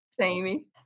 Jamie